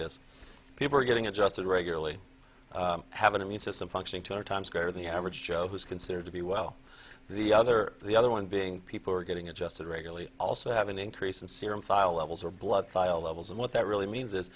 this people are getting adjusted regularly have an immune system functioning two hundred times greater than the average joe who is considered to be well the other the other one being people are getting adjusted regularly also have an increase of serum file levels or blood file levels and what that really means